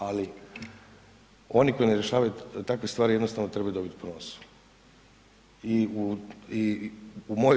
Ali, oni koji ne rješavaju takve stvari jednostavno trebaju dobit po nosu.